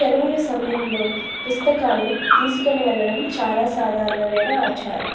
సెలవుల సమయంలో పుస్తకాలు తీసుకొని వెళ్ళడం చాలా సాధారణమైన ఆచారం